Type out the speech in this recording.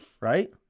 right